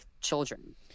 children